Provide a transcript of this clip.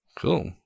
Cool